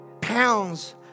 pounds